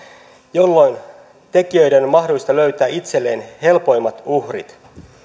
jolloin tekijöiden on mahdollista löytää itselleen helpoimmat uhrit